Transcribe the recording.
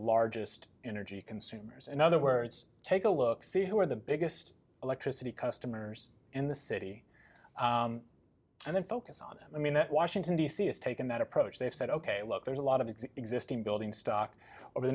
largest energy consumers in other words take a look see who are the biggest electricity customers in the city and then focus on i mean that washington d c has taken that approach they've said ok look there's a lot of existing building stock over the